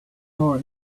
our